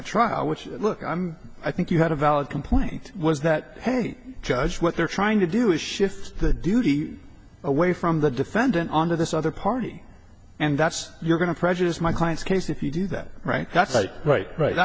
at trial which look i'm i think you had a valid complaint was that a judge what they're trying to do is shift the duty away from the defendant on to this other party and that's you're going to prejudice my client's case if you do that right that's right right